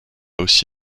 aussi